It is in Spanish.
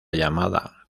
llamada